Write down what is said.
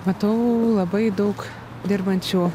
matau labai daug dirbančių